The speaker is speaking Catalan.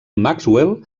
maxwell